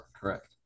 Correct